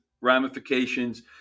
ramifications